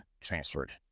transferred